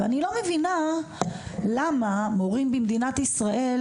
אני לא מבינה למה מורים במדינת ישראל